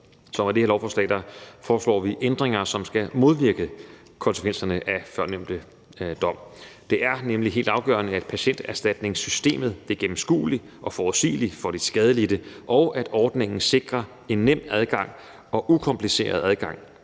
Så med det her lovforslag foreslår vi ændringer, som skal modvirke konsekvenserne af førnævnte dom. Det er nemlig helt afgørende, at patienterstatningssystemet er gennemskueligt og forudsigeligt for de skadelidte, og at ordningen sikrer en nem, ukompliceret adgang